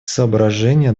соображения